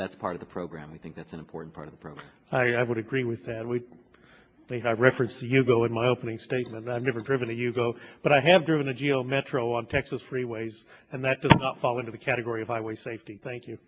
that's part of the program i think that's an important part of the program i would agree with said we reference you bill in my opening statement i've never driven a yugo but i have driven a geo metro on texas freeways and that does not fall into the category of highway safety thank you